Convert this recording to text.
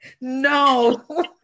no